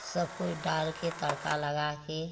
सब कुछ डाल कर तड़का लगा कर